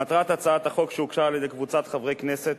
מטרת הצעת החוק שהוגשה על-ידי קבוצת חברי הכנסת,